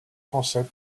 transept